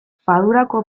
fadurako